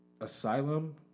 Asylum